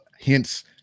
hence